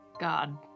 God